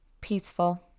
peaceful